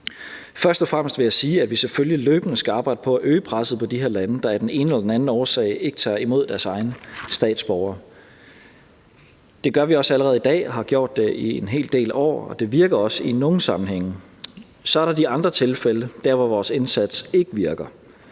Først og fremmest vil jeg sige, at vi selvfølgelig løbende skal arbejde på at øge presset på de her lande, der af den ene eller den anden årsag ikke tager imod deres egne statsborgere. Det gør vi også allerede i dag og har gjort det i en hel del år, og det virker også i nogle sammenhænge. Så er der de andre tilfælde – der, hvor vores indsats ikke virker